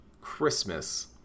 christmas